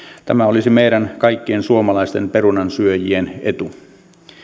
tämä olisi meidän kaikkien suomalaisten perunansyöjien etu